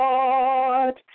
Lord